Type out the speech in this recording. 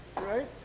right